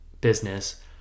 business